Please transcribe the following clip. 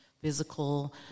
physical